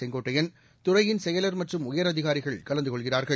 செங்கோட்டையன் துறையின் செயல் மற்றும் உயரதிகாரிகள் கலந்து கொள்கிறார்கள்